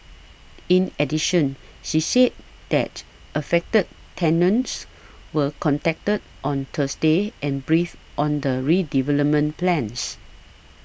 in addition she said that affected tenants were contacted on Thursday and briefed on the redevelopment plans